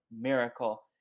miracle